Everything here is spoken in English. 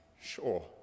sure